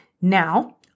Now